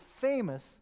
famous